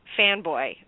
fanboy